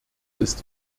ist